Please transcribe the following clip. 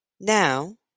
Now